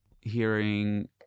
hearing